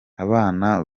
abana